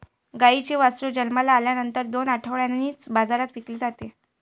गाईचे वासरू जन्माला आल्यानंतर दोन आठवड्यांनीच बाजारात विकले जाते